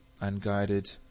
unguided